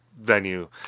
venue